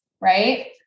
right